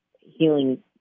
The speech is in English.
healing